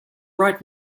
right